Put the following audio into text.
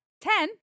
Ten